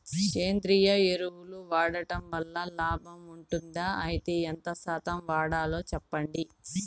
సేంద్రియ ఎరువులు వాడడం వల్ల లాభం ఉంటుందా? అయితే ఎంత శాతం వాడాలో చెప్పండి?